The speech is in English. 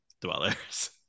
dwellers